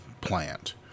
plant